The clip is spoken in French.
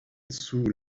sous